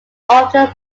often